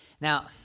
Now